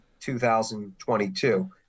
2022